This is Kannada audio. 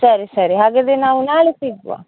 ಸರಿ ಸರಿ ಹಾಗಾದರೆ ನಾವು ನಾಳೆ ಸಿಗುವ